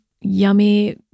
yummy